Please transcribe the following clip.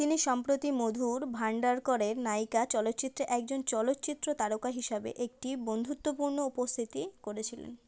তিনি সম্প্রতি মধুর ভাণ্ডারকরের নায়িকা চলচ্চিত্রে একজন চলচ্চিত্র তারকা হিসাবে একটি বন্ধুত্বপূর্ণ উপস্থিতি করেছিলেন